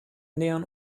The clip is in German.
nähern